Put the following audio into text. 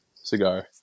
cigar